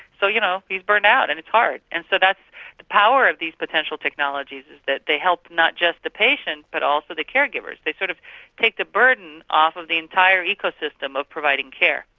so you know he's burned out and it's hard. and so that's the power of these potential technologies, is that they help not just the patient but also the caregivers. they sort of take the burden off the entire ecosystem of providing care.